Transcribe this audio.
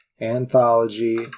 anthology